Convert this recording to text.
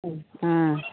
ம் ஆ